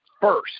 first